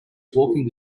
walking